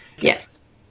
Yes